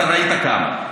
אתה ראית כמה.